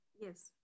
Yes